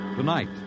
Tonight